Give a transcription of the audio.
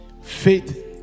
faith